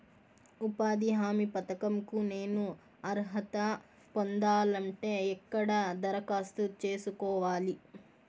ఉపాధి హామీ పథకం కు నేను అర్హత పొందాలంటే ఎక్కడ దరఖాస్తు సేసుకోవాలి?